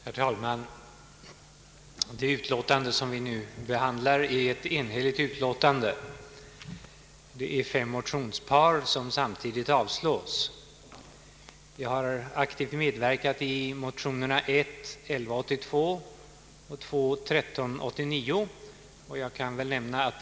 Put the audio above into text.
Herr talman! Det utlåtande vi nu behandlar är enhälligt. Det är fem motionspar som samtidigt avslås. Jag har själv aktivt medverkat till motionsparet I: 1182 och II: 1389.